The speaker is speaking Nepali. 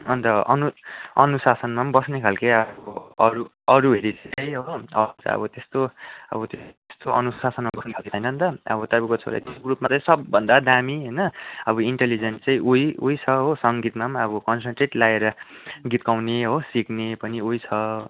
अन्त अनु अनुशासनमा पनि बस्ने खालके अब अरू अरू हेरी चाहिँ हो अब अरू चाहिँ त्यस्तो अब तेस्तो अनुशासनमा बस्ने खालको छैन नि त अब तपाईँको छोरा चाहिँ ग्रुपमा सबभन्दा दामी होइन अब इन्टेलिजेन्ट चाहिँ उही उही छ हो सङ्गीतमा पनि अब कन्सन्ट्रेट लाएर गित गाउने सिक्ने पनि उही छ